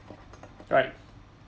right